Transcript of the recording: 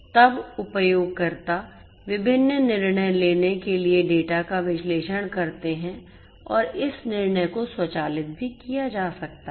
तब उपयोगकर्ता विभिन्न निर्णय लेने के लिए डेटा का विश्लेषण करते हैं और इस निर्णय को स्वचालित भी किया जा सकता है